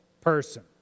person